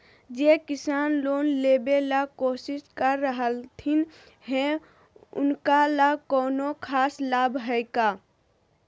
जे किसान लोन लेबे ला कोसिस कर रहलथिन हे उनका ला कोई खास लाभ हइ का?